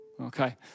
Okay